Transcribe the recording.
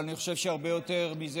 אבל אני חושב שהרבה יותר מזה,